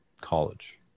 college